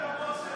תודה.